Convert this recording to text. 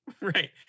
right